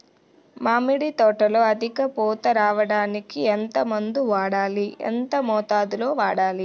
మామిడి తోటలో అధిక పూత రావడానికి ఎంత మందు వాడాలి? ఎంత మోతాదు లో వాడాలి?